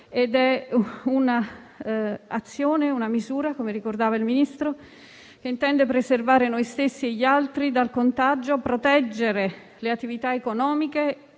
il Ministro - intende preservare noi stessi e gli altri dal contagio, proteggere le attività economiche,